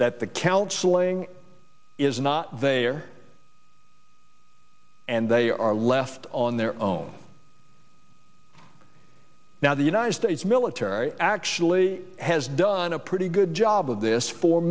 the counseling is not they are and they are left on their own now the united states military actually has done a pretty good job of this for